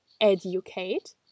educate